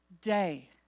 day